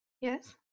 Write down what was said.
Yes